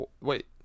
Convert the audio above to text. Wait